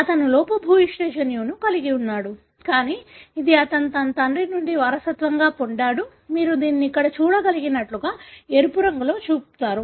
అతను లోపభూయిష్ట జన్యువును కలిగి ఉన్నాడు కానీ ఇది అతను తన తండ్రి నుండి వారసత్వంగా పొందాడు మీరు దీనిని ఇక్కడ చూడగలిగినట్లుగా ఎరుపు రంగులో చూపుతారు